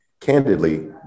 Candidly